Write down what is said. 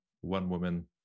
one-woman